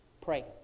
pray